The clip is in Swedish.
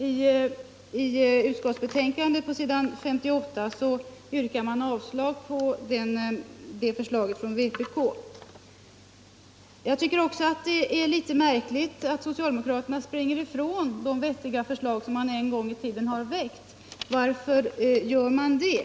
På s. 58 i utskottsbetänkandet yrkar man avslag på det förslaget från vpk. Jag tycker också att det är litet märkligt att socialdemokraterna springer ifrån de vettiga förslag man en gång i tiden väckt. Varför gör man det?